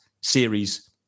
series